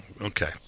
okay